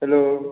hello